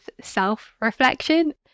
self-reflection